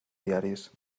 diaris